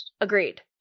Agreed